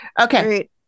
Okay